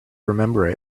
remember